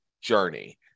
journey